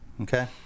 okay